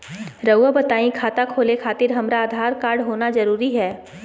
रउआ बताई खाता खोले खातिर हमरा आधार कार्ड होना जरूरी है?